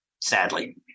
Sadly